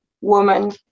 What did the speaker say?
woman